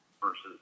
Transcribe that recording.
versus